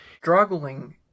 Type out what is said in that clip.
Struggling